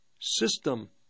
system